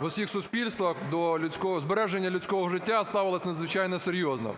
в усіх суспільствах до збереження людського життя ставились надзвичайно серйозно,